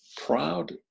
proud